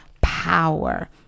power